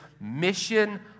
Mission